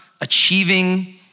achieving